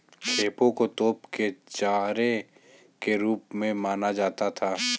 खेपों को तोप के चारे के रूप में माना जाता था